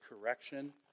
correction